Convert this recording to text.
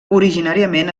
originàriament